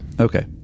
Okay